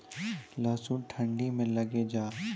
लहसुन ठंडी मे लगे जा?